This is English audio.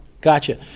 Gotcha